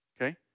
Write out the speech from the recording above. Okay